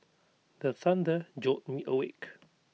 the thunder jolt me awake